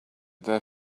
there